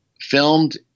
filmed